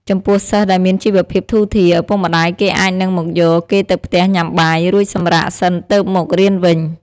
ចំពោះសិស្សដែលមានជីវភាពធូរធារ ឪពុកម្ដាយគេអាចនឹងមកយកគេទៅផ្ទះញុាំបាយ រួចសម្រាកសិនទើបមករៀនវិញ។